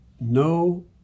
No